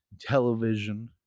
television